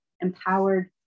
empowered